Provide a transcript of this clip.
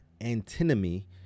antinomy